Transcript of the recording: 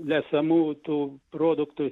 lesamų tų produktų